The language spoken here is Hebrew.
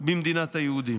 ב"מדינת היהודים".